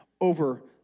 over